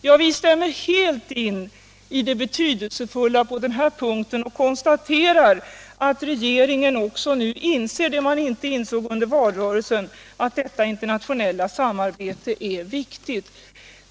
Jag instämmer helt i att detta är betydelsefullt och konstaterar att regeringen nu också inser det man inte insåg under valrörelsen, nämligen att detta internationella samarbete är viktigt.